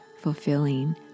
fulfilling